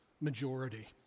majority